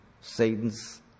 Satan's